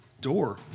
door